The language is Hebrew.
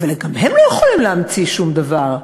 אבל גם הם לא יכולים להמציא שום דבר.